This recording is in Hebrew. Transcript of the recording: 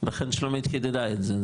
לכן שלומית חידדה את זה.